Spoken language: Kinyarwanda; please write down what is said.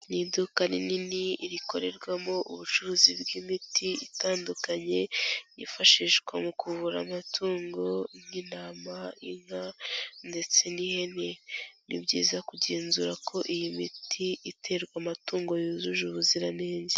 Ni iduka rinini rikorerwamo ubucuruzi bw'imiti itandukanye, yifashishwa mu kuvura amatungo nk'intama, inka ndetse n'ihene, ni byiza kugenzura ko iyi miti iterwa amatungo yujuje ubuziranenge.